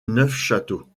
neufchâteau